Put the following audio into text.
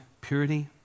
purity